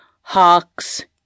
hawks